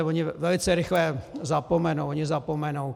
Oni velice rychle zapomenou, oni zapomenou.